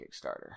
Kickstarter